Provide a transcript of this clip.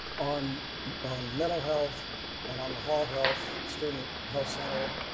on on mental health and on the hall health student health center.